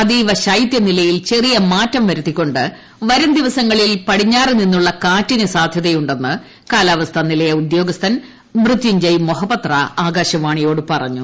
അതീവ ശൈത്യ നിലയിൽ ചെറിയ മാറ്റം വരുത്തിക്കൊണ്ട് വരും ദിവസങ്ങളിൽ പടിഞ്ഞാറ് നിന്നുള്ള കാറ്റിന് സാധ്യതയുണ്ടെന്ന് കാലാവസ്ഥാ നിലയ ഉദ്യോഗസ്ഥൻ മൃത്യഞ്ജയ് മൊഹപത്ര ആകാശവാണിയോട് പറഞ്ഞു